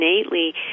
innately